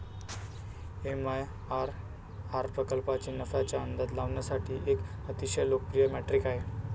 MIRR प्रकल्पाच्या नफ्याचा अंदाज लावण्यासाठी एक अतिशय लोकप्रिय मेट्रिक आहे